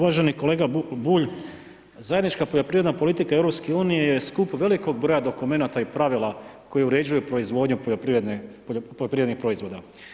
Uvaženi kolega Bulj, zajednička poljoprivredna politika EU je skup velikog broja dokumenata i pravila koji uređuju proizvodnju poljoprivrednih proizvoda.